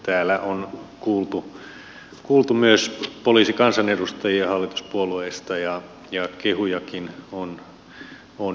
täällä on kuultu myös poliisikansanedustajia hallituspuolueista ja kehujakin on jaettu